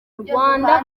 rwanda